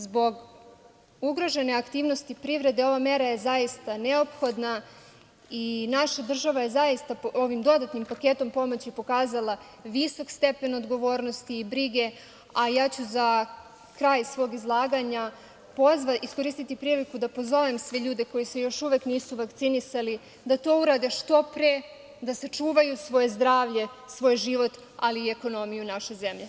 Zbog ugrožene aktivnosti privrede, ova mera je zaista neophodna i naša država je ovim dodatnim paketom pomoći pokazala visok stepen odgovornosti i brige, a ja ću za kraj svog izlaganja iskoristiti priliku da pozovem sve ljude koji se još uvek nisu vakcinisali da to urade što pre, da sačuvaju svoje zdravlje, svoj život, ali i ekonomiju naše zemlje.